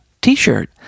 t-shirt